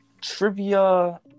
trivia